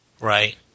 Right